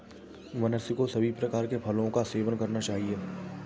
मनुष्य को सभी प्रकार के फलों का सेवन करना चाहिए